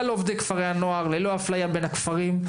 עובדי כפרי הנוער ללא אפליה בין הכפרים.